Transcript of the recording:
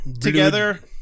together